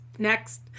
Next